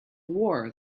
war